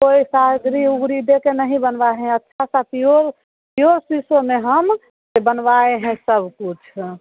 कोई सादरी उबरी देके नहीं बनवाए हैं अप आपका पियोर पियोर सीसो में हम बनवाए हैं सब कुछ हाँ